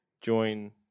Join